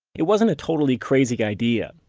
it wasn't a totally crazy idea.